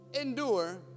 endure